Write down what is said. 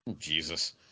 Jesus